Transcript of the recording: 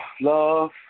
love